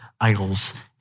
idols